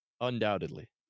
undoubtedly